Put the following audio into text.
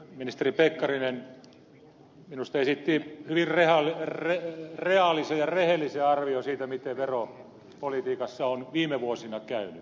ministeri pekkarinen minusta esitti hyvin reaalisen ja rehellisen arvion siitä miten veropolitiikassa on viime vuosina käynyt